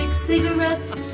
cigarettes